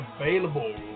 available